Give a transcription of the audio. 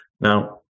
Now